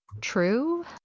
true